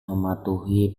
mematuhi